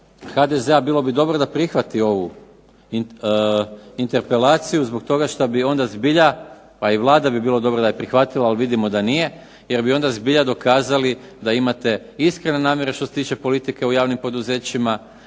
HDZ-a bilo bi dobro da prihvati ovu interpelaciju zbog toga šta bi onda zbilja, pa i Vlada bi bilo dobro da je prihvatila, ali vidimo da nije, jer bi onda zbilja dokazali da imate iskrene namjere što se tiče politike u javnim poduzećima,